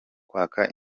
kwaka